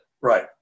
right